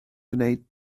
gwneud